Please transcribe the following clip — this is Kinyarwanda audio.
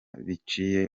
biciye